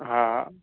हा